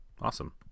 Awesome